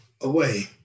away